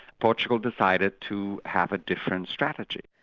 portugal decided to have a different strategy.